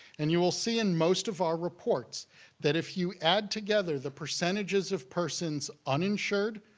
and you will see in most of our reports that if you add together the percentages of persons uninsured,